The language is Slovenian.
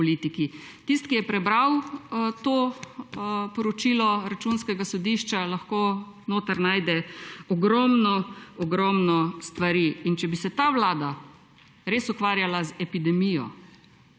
Tisti, ki je prebral to poročilo Računskega sodišča, lahko notri najde ogromno ogromno stvari. Če bi se ta vlada res ukvarjala z epidemijo,